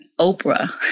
oprah